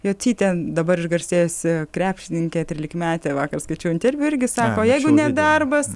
jocytė dabar išgarsėjusi krepšininkė trylikmetė vakar skaičiau interviu irgi sako jeigu ne darbas